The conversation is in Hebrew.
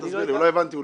תסביר לי, לא הבנתי אולי.